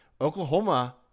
oklahoma